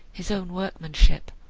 his own workmanship.